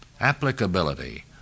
applicability